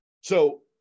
So-